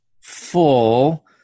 full